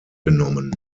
genommen